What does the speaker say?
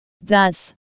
thus